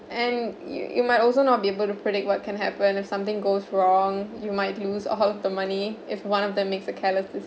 and you you might also not be able to predict what can happen if something goes wrong you might lose all the money if one of them makes a careless